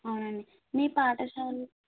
అవునండి మీ పాఠశాల